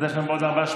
אז יש לנו עוד ארבעה.